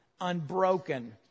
unbroken